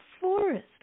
forest